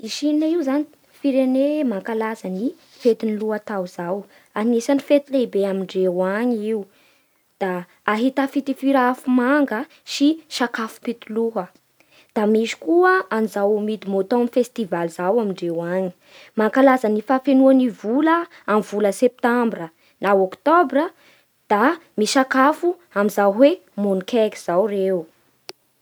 I Chine io izany: firene mankalaza ny fetin'ny lohatao izao. Anisan'ny fety lehibe amindreo agny io da ahità fitifira afomanga sakafo-pitoloha. Da misy koa an'izao Mid mautumn festival izao amindreo agny: mankaza ny fahafenoà ny vola amin'ny vola septambra na octobre da misakafo amin'izao hoe Moon Cake izao ireo.